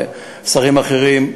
ושרים אחרים.